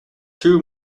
too